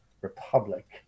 republic